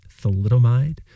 thalidomide